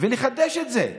ולחדש את זה,